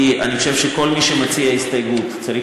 כי אני חושב שכל מי שמציע הסתייגות צריך